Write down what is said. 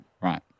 Right